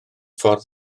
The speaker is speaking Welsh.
ffyrdd